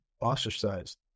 ostracized